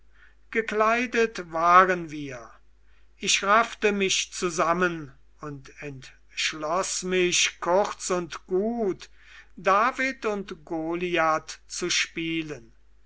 gekleidet waren wir ich raffte mich zusammen und entschloß mich kurz und gut david und goliath zu spielen